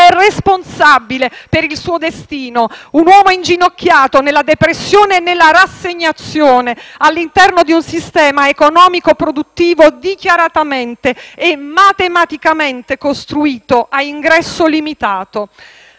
responsabile per il suo destino un uomo inginocchiato nella depressione e nella rassegnazione all'interno di un sistema economico-produttivo dichiaratamente e matematicamente costruito a ingresso limitato?